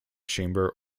chamber